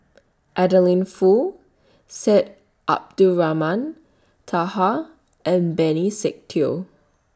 Adeline Foo Syed Abdulrahman Taha and Benny Se Teo